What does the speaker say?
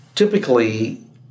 Typically